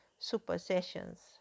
supersessions